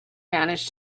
manage